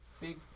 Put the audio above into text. big